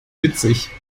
witzig